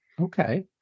Okay